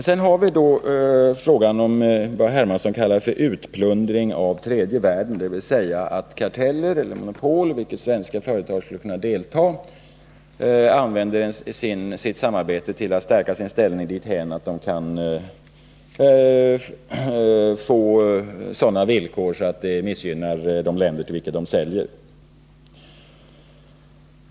Sedan har vi frågan om vad herr Hermansson kallar utplundring av tredje världen, dvs. att karteller eller monopol, i vilka svenska företag skulle kunna delta, använder sitt samarbete till att stärka sin ställning dithän att de kan skaffa sig villkor som missgynnar de länder till vilka de säljer.